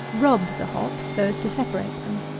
rub the hops, so as to separate them.